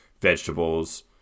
vegetables